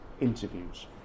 interviews